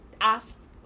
asked